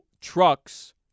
trucks